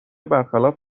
برخلاف